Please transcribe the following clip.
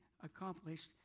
accomplished